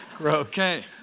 Okay